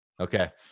Okay